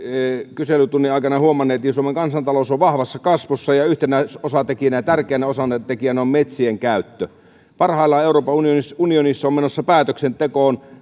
kyselytunnin aikana huomanneet suomen kansantalous on vahvassa kasvussa ja yhtenä osatekijänä tärkeänä osatekijänä on metsien käyttö parhaillaan euroopan unionissa on menossa päätöksentekoon